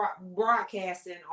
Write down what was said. broadcasting